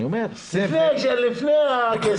לפני הכסף.